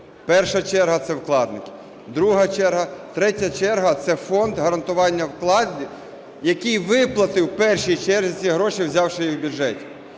Перша черга – це вкладники. Друга черга… Третя черга – це Фонд гарантування вкладів, який виплатив першій черзі ці гроші, взявши їх в бюджеті.